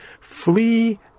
flee